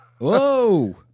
Whoa